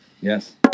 Yes